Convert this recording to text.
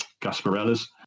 Gasparellas